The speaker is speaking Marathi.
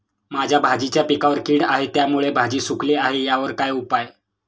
माझ्या भाजीच्या पिकावर कीड आहे त्यामुळे भाजी सुकली आहे यावर काय उपाय?